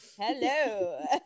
hello